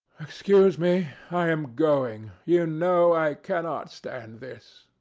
excuse me i am going you know i cannot stand this.